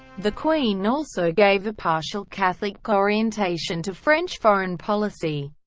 the queen also gave a partial catholic orientation to french foreign policy.